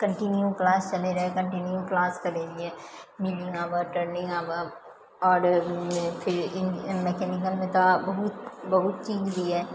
continue class चलै रहै continue class करै रहिए मिनिंग आबऽ टर्निंग आबऽ आओर फिर ई मैकेनिकलमे तऽ बहुत बहुत चीज लिए